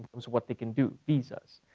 is what they can do, visas.